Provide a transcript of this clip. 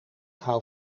hou